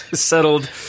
settled